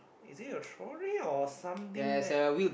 is it a trolley or something there